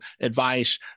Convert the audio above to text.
advice